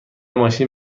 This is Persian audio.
ماشین